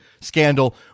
scandal